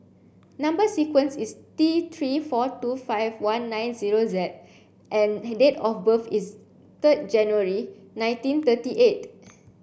number sequence is T three four two five one nine zero Z and her date of birth is third January nineteen thirty eight